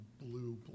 blue